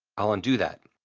i'll undo that.